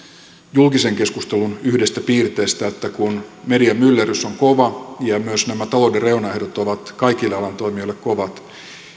julkisen keskustelun yhdestä piirteestä että kun mediamyllerrys on kova ja myös nämä talouden reunaehdot ovat kaikille alan toimijoille kovat